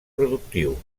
productiu